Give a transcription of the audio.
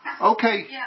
okay